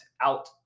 out